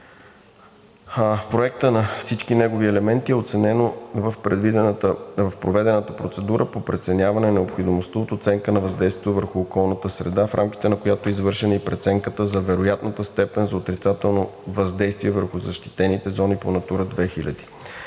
Проектът и всички негови елементи са оценени в проведената процедура по преценяване на необходимостта от оценка на въздействието върху околната среда, в рамките на която е извършена и преценката за вероятната степен за отрицателно въздействие върху защитените зони по „Натура 2000“.